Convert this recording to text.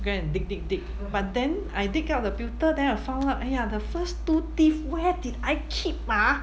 go and dig dig dig but then I dig out the pewter then I found out !aiya! the first two teeth where did I keep ah